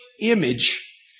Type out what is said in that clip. image